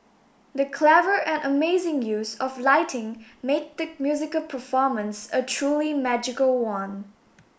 the clever and amazing use of lighting made the musical performance a truly magical one